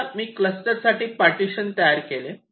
समजा मी क्लस्टर साठी पार्टिशन तयार केले